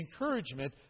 encouragement